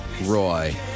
Roy